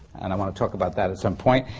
and i want to talk about that at some point,